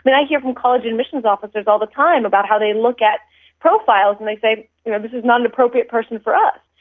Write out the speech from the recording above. but i hear from admissions officers all the time about how they look at profiles and they say you know this is not an appropriate person for us.